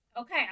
okay